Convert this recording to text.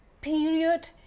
period